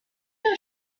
know